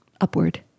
upward